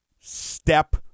step